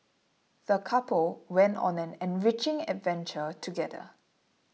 the couple went on an enriching adventure together